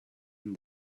and